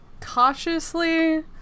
cautiously